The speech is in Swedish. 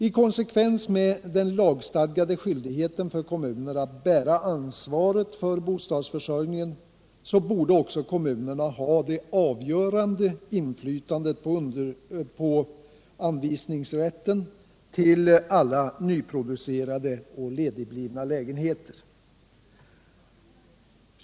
I konsekvens med den lagstadgade skyldigheten för kommuner att bära ansvaret för bostadsförsörjningen borde också kommunerna ha det avgörande inflytandet på anvisningsrätten till alla nyproducerade och ledigblivna lägenheter.